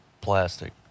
plastic